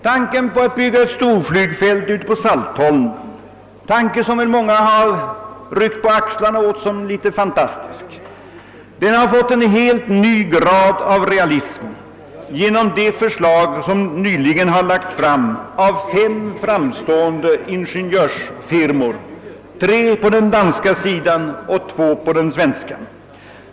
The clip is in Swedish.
Tanken på att bygga ett storflygfält ute på Saltholm, den tanke som väl många ryckt på axlarna åt såsom varande något fantastisk, har fått en helt ny grad av realism genom de två förslag, som nyligen lagts fram av fem framstående ingenjörsfirmor, tre på den danska och två på den svenska sidan.